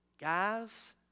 Guys